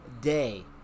day